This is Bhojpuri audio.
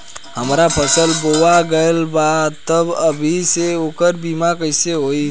हमार फसल बोवा गएल बा तब अभी से ओकर बीमा कइसे होई?